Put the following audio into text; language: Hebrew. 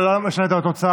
אבל זה לא משנה את התוצאה,